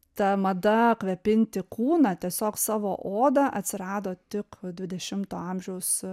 ta mada kvepinti kūną tiesiog savo odą atsirado tik dvidešimto amžiaus